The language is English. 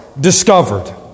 discovered